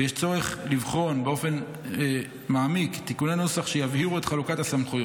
ויש צורך לבחון באופן מעמיק תיקוני נוסח שיבהירו את חלוקת הסמכויות.